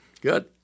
Good